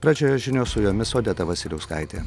pradžioje žinios su jomis odeta vasiliauskaitė